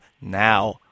now